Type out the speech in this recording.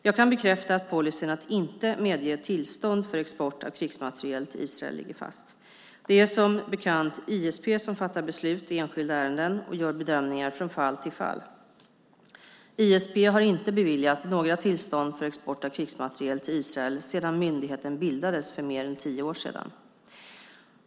Jag kan bekräfta att policyn att inte medge tillstånd för export av krigsmateriel till Israel ligger fast. Det är som bekant ISP som fattar beslut i enskilda ärenden och gör bedömningar från fall till fall. ISP har inte beviljat några tillstånd för export av krigsmateriel till Israel sedan myndigheten bildades för mer än tio år sedan.